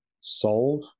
solve